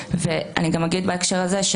אגיד בהקשר הזה,